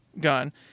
gun